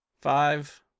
Five